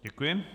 Děkuji.